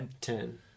Ten